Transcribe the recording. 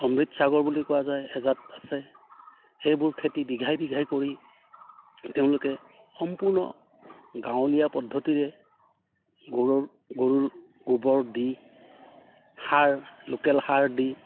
অমৃত সাগৰ বুলি কোৱা যায় এজাত আছে সেইবোৰ খেতি বিঘাই বিঘাই কৰি তেওঁলোকে সম্পূৰ্ণ গাঁৱলীয়া পদ্ধতিৰে গৰুৰ গৰুৰ গোবৰ দি সাৰ লোকেল সাৰ দি